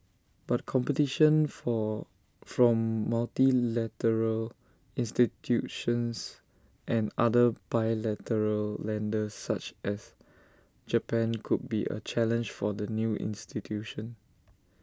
but competition from from multilateral institutions and other bilateral lenders such as Japan could be A challenge for the new institution